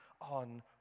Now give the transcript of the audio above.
on